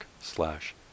slash